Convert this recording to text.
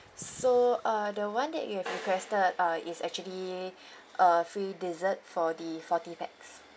so uh the one that you have requested uh it's actually a free dessert for the forty pax